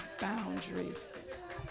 boundaries